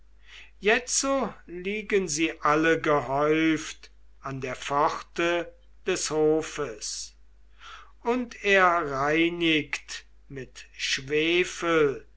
jetzo liegen sie alle gehäuft an der pforte des hofes und er reinigt mit